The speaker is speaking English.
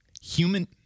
Human